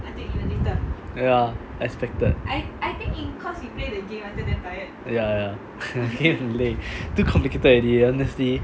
ya expected ya ya then 很累 too complicated already honestly